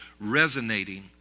resonating